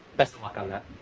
best of luck on that.